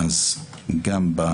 כפי